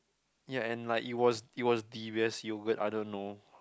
ya and like it was it was the best yogurt I don't know